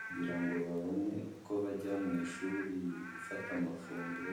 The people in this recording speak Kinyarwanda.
kugirango babone uko bajya mu ishuri gufata amafunguro...